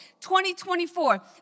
2024